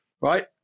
right